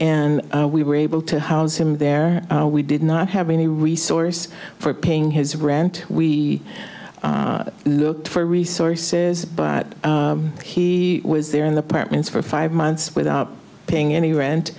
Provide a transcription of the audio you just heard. and we were able to house him there we did not have any resource for paying his rent we looked for resources but he was there in the parents for five months without paying any rent